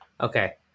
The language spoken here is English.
Okay